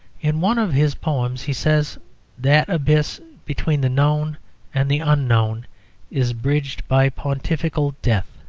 in one of his poems, he says that abyss between the known and the unknown is bridged by pontifical death.